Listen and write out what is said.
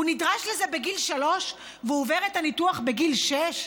הוא נדרש לזה בגיל שלוש, ועובר את הניתוח בגיל שש?